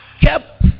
kept